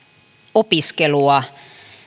opiskelua